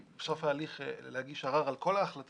בסוף ההליך להגיש ערר על כל ההחלטה,